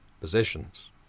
positions